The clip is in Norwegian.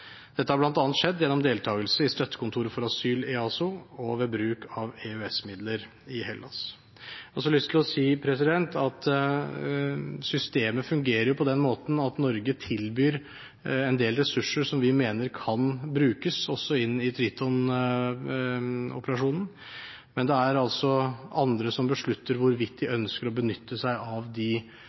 Dette har bl.a. skjedd gjennom deltakelse i Det europeiske støttekontoret på asylfeltet, EASO, og ved bruk av EØS-midler i Hellas. Jeg har også lyst til å si at systemet fungerer på den måten at Norge tilbyr en del ressurser som vi mener kan brukes også inn i Triton-operasjonen, men det er altså andre som beslutter hvorvidt de ønsker å benytte seg av de